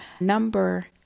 Number